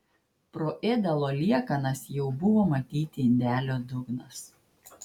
pro ėdalo liekanas jau buvo matyti indelio dugnas